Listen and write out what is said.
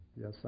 Yes